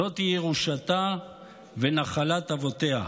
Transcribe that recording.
זאת היא ירושתה ונחלת אבותיה".